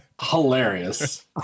Hilarious